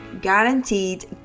guaranteed